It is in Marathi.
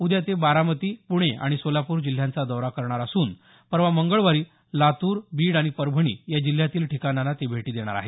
उद्या ते बारामती पुणे आणि सोलापूर जिल्ह्यांचा दौरा करणार असून परवा मंगळवारी लातूर बीड आणि परभणी या जिल्ह्यातील ठिकाणांना ते भेटी देणार आहेत